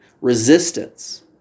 resistance